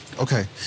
Okay